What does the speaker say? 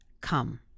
come